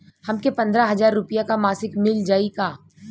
हमके पन्द्रह हजार रूपया क मासिक मिल जाई का?